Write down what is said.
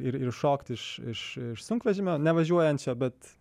ir iššokti iš iš iš sunkvežimio nevažiuojančio bet